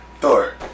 Thor